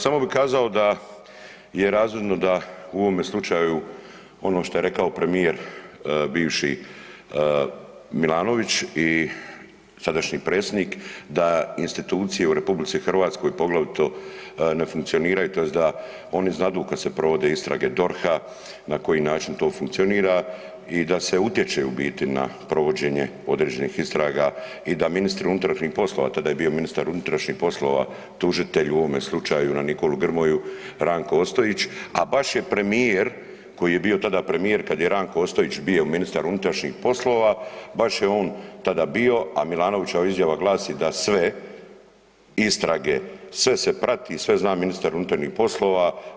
Samo bih kazao da je razvidno da u ovome slučaju ono što je rekao premijer bivši Milanović i sadašnji predsjednik da institucije u RH poglavito ne funkcioniranju tj. da oni znadu kada se provode istrage DORH-a na koji način to funkcionira i da se utječe u biti na provođenje određenih istraga i da ministar unutarnjih poslova, tada je bio ministar unutrašnjih poslova tužitelj u ovome slučaju na Nikolu Grmoju Ranko Ostojić, a baš je premijer koji je bio tada premijer kada je Ranko Ostojić bio ministar unutrašnjih poslova, baš je on tada bio, a Milanovićeva izjava glasi da sve istrage, sve se prati, sve zna ministar unutarnjih poslova.